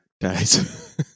dies